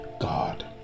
God